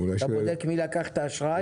כשאתה בודק מי לקח את האשראי,